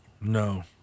No